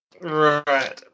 Right